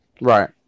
right